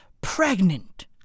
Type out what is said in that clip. Pregnant